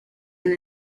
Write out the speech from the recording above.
and